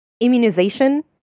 immunization